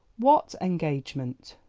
what engagement?